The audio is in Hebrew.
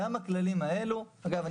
אגב,